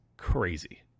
crazy